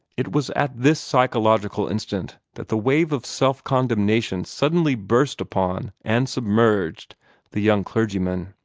it was at this psychological instant that the wave of self-condemnation suddenly burst upon and submerged the young clergyman.